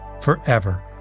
forever